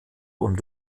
und